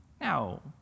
Now